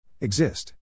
exist